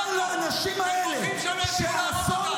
-- אבל לומר לאנשים האלה שהאסון,